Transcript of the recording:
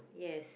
yes